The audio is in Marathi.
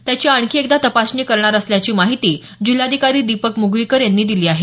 त्याची आणखी एकदा तपासणी करणार असल्याची माहिती जिल्हाधिकारी दीपक म्गळीकर यांनी दिली आहे